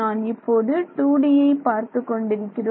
நான் இப்போது 2Dயை பார்த்துக் கொண்டிருக்கிறோம்